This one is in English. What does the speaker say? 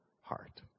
heart